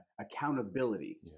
accountability